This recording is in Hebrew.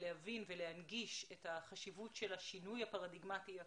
להבין ולהנגיש את החשיבות של השינוי הפרדיגמטי הקיים,